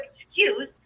excuse